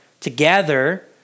together